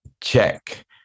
check